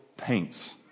paints